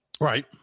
Right